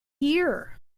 year